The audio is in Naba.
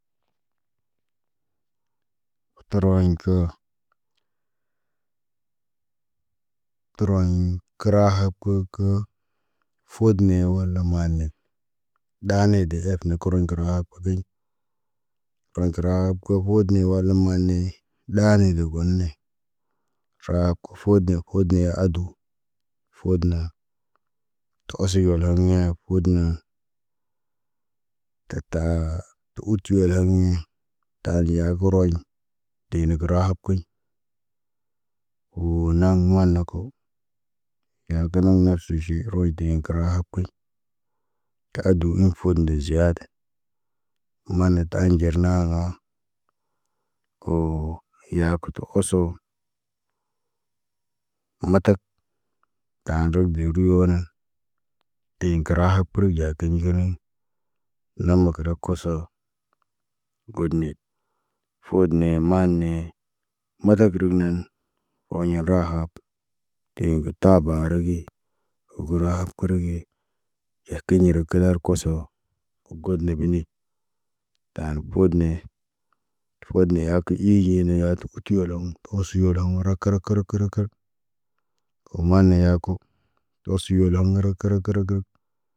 Toroɲ ko, təroɲ karaha kun kə. Food ni wala maane, ɗaane de hed na koroɲ kora hak odiɲ. Toŋg kəryaat koŋg foot wala mane, laa ni de gone. Cuwakə foot ne kodə ne adu. Foot na, ta ose ɲoloŋg na, foot na. Ta taha, tu ut ti wolhak ne. Tahal de ya ki roɲ, de na kə rahab kiɲ. Woo naŋg won na ko. Ya kə naŋg marsuʃi roɲ de kə rahab kiɲ. Tə adu min foot ne ziyada. Umane tə anɟer na ga. Woo ya kə to oso. Matak kaan rugbi riyonan. Dee ŋgərahat pur ɟa kə nɟinum. Nama kəra koso. Wod ne foot ne maane. Matak runen, oɲõ raha. Dee gə tabaru ge. Gurahaab kuru ge. Ekimira kərəar koso. God nebeni. Taan foot ne. Foot ne ya ki iije na yaa tə ət. Wo kiyoloŋg posiyorom wo raka, rək, rək, rək Woman ne yako. Tosiyo lahum rək, rək, rək.